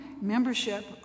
membership